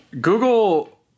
Google